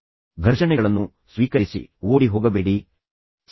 ಘರ್ಷಣೆಗಳನ್ನು ಸ್ವೀಕರಿಸಿ ಘರ್ಷಣೆಗಳಿಂದ ಓಡಿಹೋಗಬೇಡಿ ಘರ್ಷಣೆಗಳನ್ನು ಹುಡುಕಿ